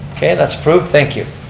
okay, and that's approved, thank you.